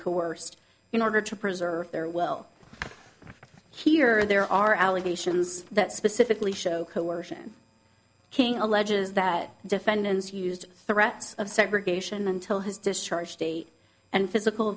coerced in order to preserve their will here there are allegations that specifically show coercion king alleges that defendants used threats of segregation until his discharge date and physical